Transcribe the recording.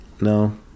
No